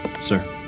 Sir